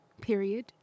period